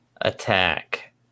attack